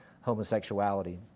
homosexuality